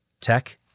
tech